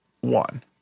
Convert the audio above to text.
one